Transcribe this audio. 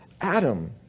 Adam